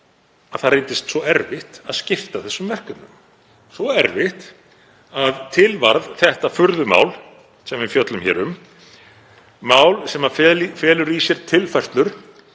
að það reyndist svo erfitt að skipta þessum verkefnum, svo erfitt að til varð þetta furðumál sem við fjöllum hér um, mál sem felur í sér tilfærslur